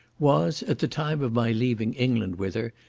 was, at the time of my leaving england with her,